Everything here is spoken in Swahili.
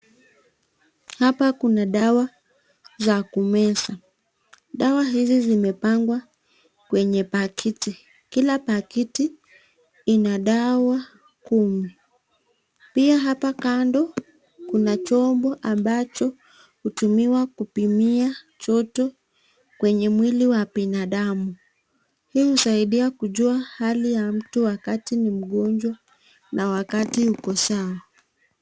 Hapa kuna dawa za kumeza. Dawa hizi zimepangwa kwenye pakiti. Kila pakiti ina dawa kumi. Pia hapa kando kuna chombo ambacho hutumia kupimia joto kwenye mwili wa binandamu. Pia husaidia kujua hali ya mtu wakati ni mgonjwa na wakati uko sawa.